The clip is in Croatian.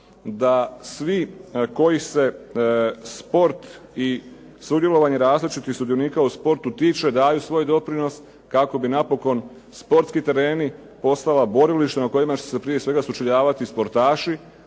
da svi kojih se sport i sudjelovanje različitih sudionika u sportu tiče daju svoj doprinos kako bi napokon sportski tereni postala borilišta na kojima će se, prije svega sučeljavati sportaši,